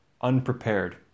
unprepared